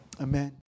Amen